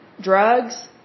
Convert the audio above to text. drugs